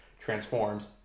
Transforms